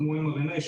כמו mRNA,